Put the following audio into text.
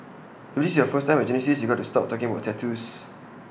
if this is your first time at Genesis you've got to stop talking about tattoos